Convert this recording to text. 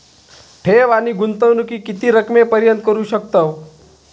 ठेव आणि गुंतवणूकी किती रकमेपर्यंत करू शकतव?